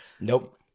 Nope